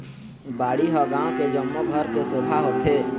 बाड़ी ह गाँव के जम्मो घर के शोभा होथे